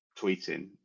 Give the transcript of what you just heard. tweeting